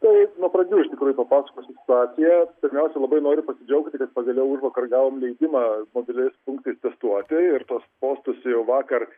tai nuo pradžių iš tikrųjų papasakosiu situaciją pirmiausia labai noriu pasidžiaugti kad pagaliau užvakar gavom leidimą mobiliais punktais testuoti ir tuos postus jau vakar